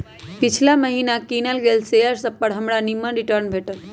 पिछिला महिन्ना किनल गेल शेयर सभपर हमरा निम्मन रिटर्न भेटल